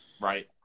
Right